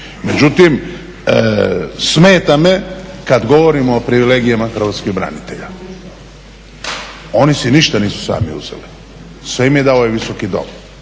Međutim, smeta me kad govorimo o privilegijama hrvatskih branitelja. Oni si ništa nisu sami uzeli, sve im je dao ovaj Visoki dom.